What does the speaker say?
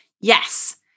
yes